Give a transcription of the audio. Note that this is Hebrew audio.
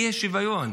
זה אי-שוויון.